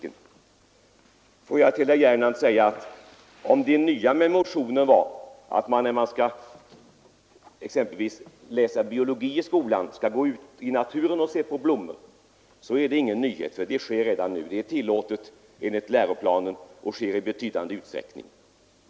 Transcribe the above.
Till herr Gernandt vill jag sedan säga att om det nya med hans motion är att man exempelvis under biologitimmarna går ut i naturen och studerar blommor, så är det ingen nyhet. Så sker redan nu i betydande utsträckning. Det är tillåtet enligt läroplanen.